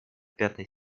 пятой